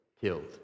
killed